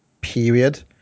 period